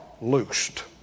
loosed